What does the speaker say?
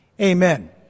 Amen